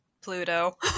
Pluto